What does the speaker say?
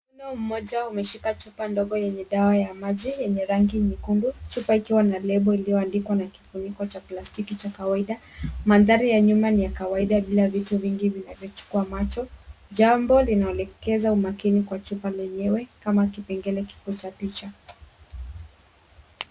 Mkono mmoja umeshika chupa ndogo yenye dawa ya maji yenye rangi nyekundu, chupa ikiwa na lebo iliyoandikwa na kifuniko cha plastiki cha kawaida. Mandhari ya nyuma ni ya kawaida bila vitu vingi vinavyochukua macho, jambo linaloelekeza makini kwa chupa yenyewe kama kipengele kikuu cha picha.